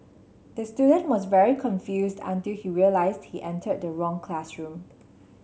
the student was very confused until he realised he entered the wrong classroom